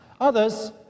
Others